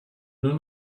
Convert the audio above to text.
nur